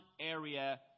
area